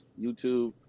youtube